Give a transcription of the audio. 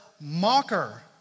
mocker